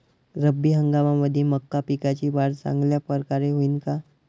रब्बी हंगामामंदी मका पिकाची वाढ चांगल्या परकारे होईन का?